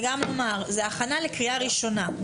גם נאמר, זה הכנה לקריאה ראשונה.